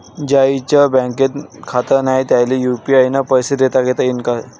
ज्याईचं बँकेत खातं नाय त्याईले बी यू.पी.आय न पैसे देताघेता येईन काय?